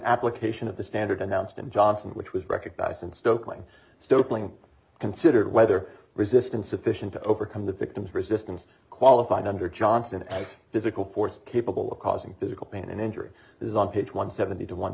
application of the standard announced in johnson which was recognized and stokely still cling considered whether resistance sufficient to overcome the victim's resistance qualified under johnson as physical force capable of causing physical pain and injury is on page one seventy two one